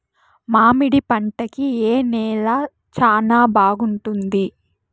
మామిడి పంట కి ఏ నేల చానా బాగుంటుంది